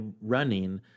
running